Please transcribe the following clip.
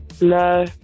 No